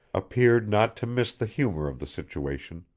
appeared not to miss the humor of the situation,